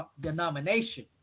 denomination